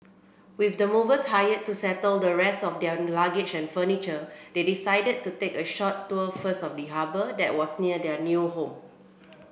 with the movers hired to settle the rest of their luggage and furniture they decided to take a short tour first of the harbour that was near their new home